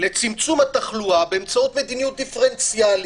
לצמצום התחלואה באמצעות מדיניות דיפרנציאלית.